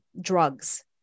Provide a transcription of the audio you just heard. drugs